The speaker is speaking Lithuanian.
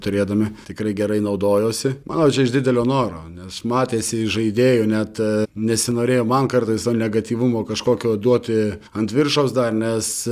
turėdami tikrai gerai naudojosi manau čia iš didelio noro nes matėsi iš žaidėjų net nesinorėjo man kartais to negatyvumo kažkokio duoti ant viršaus dar nes